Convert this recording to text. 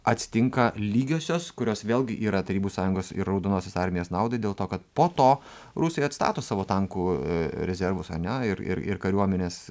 atsitinka lygiosios kurios vėlgi yra tarybų sąjungos ir raudonosios armijos naudai dėl to kad po to rusai atstato savo tankų rezervus ar ne ir ir ir kariuomenės